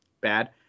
bad